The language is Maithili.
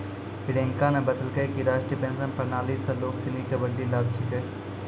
प्रियंका न बतेलकै कि राष्ट्रीय पेंशन प्रणाली स लोग सिनी के बड्डी लाभ छेकै